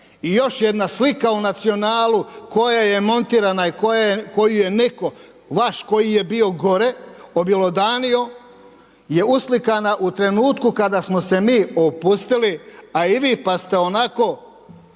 I još jedna slika u Nacionalu koja je montirana i koju je netko vaš koji je bio gore, objelodanio je uslikana u trenutku kada smo se mi opustili a i vi, pa ste onako